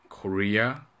Korea